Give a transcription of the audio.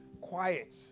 quiet